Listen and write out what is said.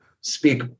speak